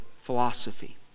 philosophy